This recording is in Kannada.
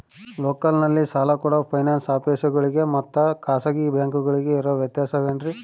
ಲೋಕಲ್ನಲ್ಲಿ ಸಾಲ ಕೊಡೋ ಫೈನಾನ್ಸ್ ಆಫೇಸುಗಳಿಗೆ ಮತ್ತಾ ಖಾಸಗಿ ಬ್ಯಾಂಕುಗಳಿಗೆ ಇರೋ ವ್ಯತ್ಯಾಸವೇನ್ರಿ?